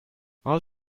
all